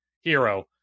hero